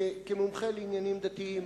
כמומחה לעניינים דתיים,